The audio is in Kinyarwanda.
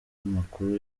makuru